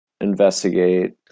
investigate